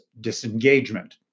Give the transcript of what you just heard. disengagement